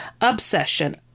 obsession